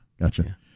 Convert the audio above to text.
Gotcha